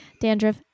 Dandruff